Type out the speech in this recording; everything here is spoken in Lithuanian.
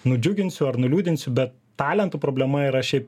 nudžiuginsiu ar nuliūdinsiu bet talentų problema yra šiaip